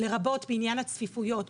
לרבות בעניין הצפיפויות,